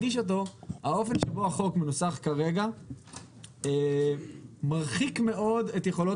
האופן שבו החוק מנוסח כרגע מרחיק מאוד את יכולות